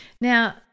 Now